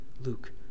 Luke